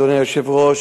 אדוני היושב-ראש,